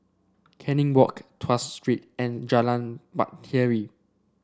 Canning Walk Tuas Street and Jalan Bahtera